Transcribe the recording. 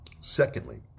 Secondly